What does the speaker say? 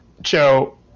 joe